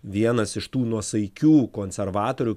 vienas iš tų nuosaikių konservatorių